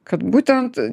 kad būtent